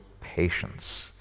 patience